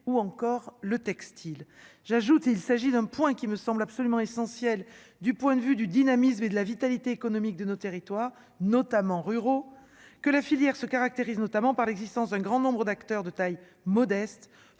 ou encore le textile, j'ajoute : il s'agit d'un point qui me semble absolument essentiel du point de vue du dynamisme et de la vitalité économique de nos territoires, notamment ruraux que la filière se caractérise notamment par l'existence d'un grand nombre d'acteurs de taille modeste